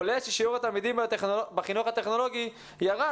עולה ששיעור התלמידים בחינוך הטכנולוגי ירד